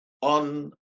on